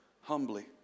humbly